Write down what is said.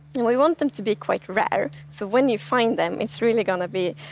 we want them to be quite rare. so when you find them, it's really going to be